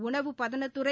உணவு பதனத்துறை